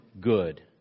good